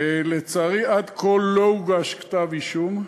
לצערי, עד כה לא הוגש כתב-אישום,